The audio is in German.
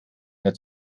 mehr